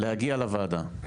להגיע לוועדה?